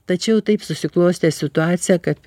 tačiau taip susiklostė situacija kad